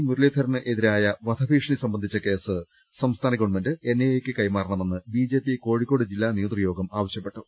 മുരളീധരനെതിരായ വധ ഭീഷണി സംബന്ധിച്ച കേസ് സംസ്ഥാന ഗവൺമെന്റ് എൻഐഎക്ക് കൈമാറണമെന്ന് ബിജെപി കോഴിക്കോട് ജില്ലാ നേതൃയോഗം ആവശ്യപ്പെട്ടു